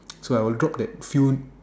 so I will drop that few